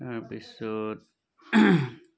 তাৰপিছত